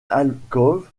alcôve